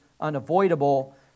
unavoidable